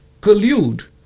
collude